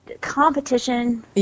competition